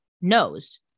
knows